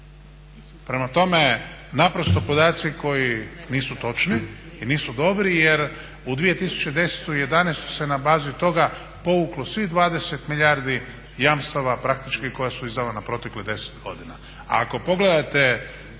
Prema tome, naprosto podaci koji nisu točni i nisu dobri jer u 2010. i 2011. se na bazi toga povuklo svih 20 milijardi jamstva praktički koja su izdavana proteklih 10 godina,